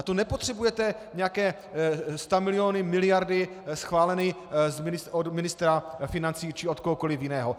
Na to nepotřebujete nějaké stamiliony, miliardy schválené od ministra financí či od kohokoli jiného.